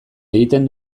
egiten